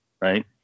right